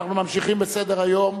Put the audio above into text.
אנחנו ממשיכים בסדר-היום.